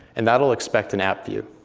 and that'll expect an app view.